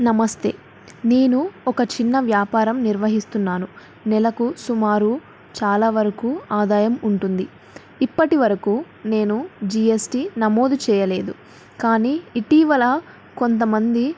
నమస్తే నేను ఒక చిన్న వ్యాపారం నిర్వహిస్తున్నాను నెలకు సుమారు చాలా వరకు ఆదాయం ఉంటుంది ఇప్పటి వరకు నేను జిఎస్టి నమోదు చేయలేదు కానీ ఇటీవల కొంతమంది